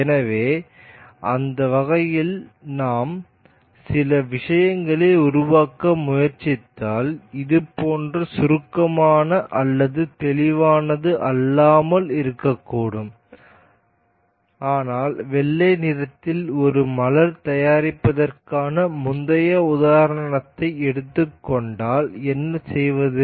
எனவே அந்த வகையில் நாம் சில விஷயங்களை உருவாக்க முயற்சித்தால் இது போன்ற சுருக்கமான அல்லது தெளிவானது அல்லாமல் இருக்கக்கூடும் ஆனால் வெள்ளை நிறத்தில் ஒரு மலர் தயாரிப்பதற்கான முந்தைய உதாரணத்தை எடுத்துக் கொண்டால் என்ன செய்வது